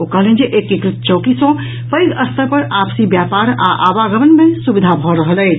ओ कहलनि जे एकीकृत चौकी सॅ पैघ स्तर पर आपसी व्यापार आ आवागमन मे सुविधा भऽ रहल अछि